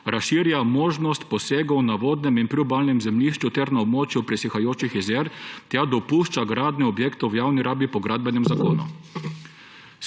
razširja možnost posegov na vodnem in priobalnem zemljišču ter na območju presihajočih jezer ter dopušča gradnjo objektov v javni rabi po Gradbenem zakonu.